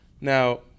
now